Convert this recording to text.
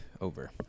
over